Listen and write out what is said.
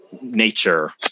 nature